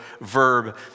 verb